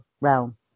realm